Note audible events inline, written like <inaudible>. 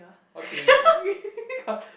okay <laughs>